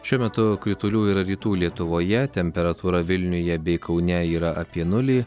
šiuo metu kritulių yra rytų lietuvoje temperatūra vilniuje bei kaune yra apie nulį